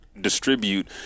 distribute